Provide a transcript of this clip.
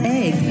egg